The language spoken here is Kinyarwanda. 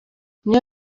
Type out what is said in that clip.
niyo